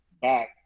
back